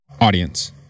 audience